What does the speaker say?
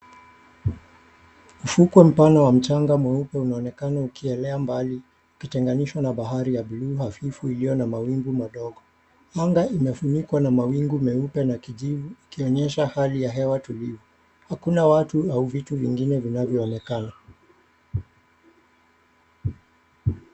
Ufukwe mpana wa mchanga mweupe unaonekana ukielea mbali ukitenganisha na bahari ya bluu hafifu iliyo na mawimbi madogo anga imefunikwa na mawimbi meupe na kijivu ikionyesha hali ya hewa tulivu, hakuna watu au vitu vingine vinavyoonekana.